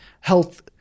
health